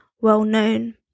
well-known